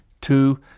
two